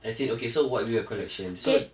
as in okay so what were your collection so